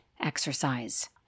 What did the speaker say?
exercise